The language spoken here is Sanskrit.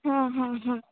हा हा हा